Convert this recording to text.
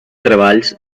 treballs